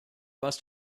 must